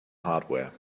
hardware